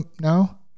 now